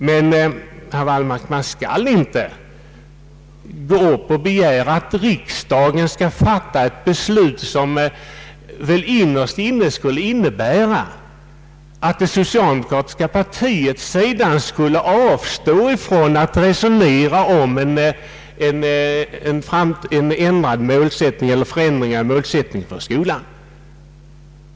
Men man skall inte, herr Wallmark, begära att riksdagen skall fatta ett beslut som väl innerst inne skulle innebära att det socialdemokratiska partiet sedan skulle avstå från att resonera om en förändring av målsättningen för skolan.